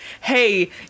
hey